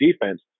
defense